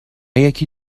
یکی